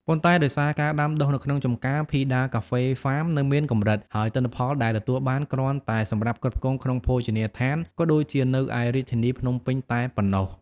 ប៉ុន្តែដោយសារ ការដាំដុះនៅក្នុងចម្ការ ភីដាកាហ្វេហ្វាមនៅមានកម្រិត ហើយទិន្នផលដែលទទួលបាន គ្រាន់តែសម្រាប់ផ្គត់ផ្គង់ ក្នុងភោជនីយដ្ឋានក៏ដូចជានៅឯរាជធានីភ្នំពេញតែប៉ុណ្ណោះ។